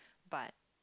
but